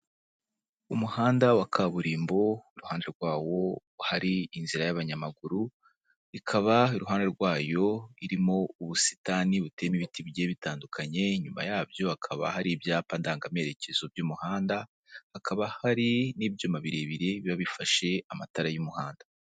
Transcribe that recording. Umuhanda wa kaburimbo iruhande rwawo hari inzira y'abanyamaguru, ikaba iruhande rwayo irimo ubusitani buteyemo ibiti bigiye bitandukanye, inyuma yabyo hakaba hari ibyapa ndangamerekezo by'umuhanda, hakaba hari n'ibyuma birebire biba bifashe amatara y'umuhanda.